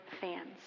fans